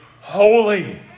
holy